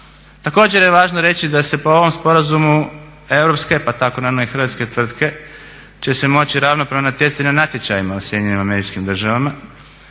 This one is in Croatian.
Također je važno reći da se po ovom sporazumu europske pa tako naravno i hrvatske tvrtke će se moći ravnopravno natjecati na natječajima u Sjedinjenim Američkim Državama